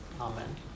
Amen